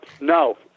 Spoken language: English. No